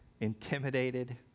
intimidated